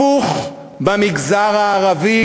הפוך במגזר הערבי,